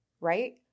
right